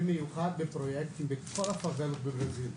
במיוחד בפרויקטים בפאבלות בברזיל.